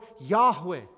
Yahweh